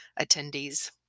attendees